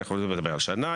יכולים לדבר על שנה,